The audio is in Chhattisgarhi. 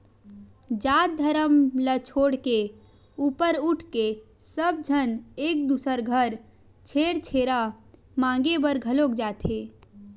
जात धरम ल छोड़ के ऊपर उठके सब झन एक दूसर घर छेरछेरा मागे बर घलोक जाथे